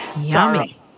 Yummy